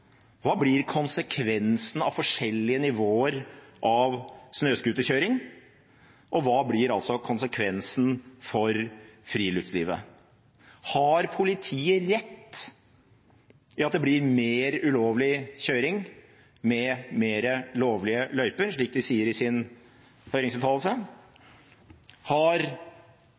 Hva blir konsekvensen av forskjellige nivåer av snøscooterkjøring – og hva blir altså konsekvensen for friluftslivet? Har politiet rett i at det blir mer ulovlig kjøring med flere lovlige løyper, slik de sier i sin høringsuttalelse?